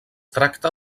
tracta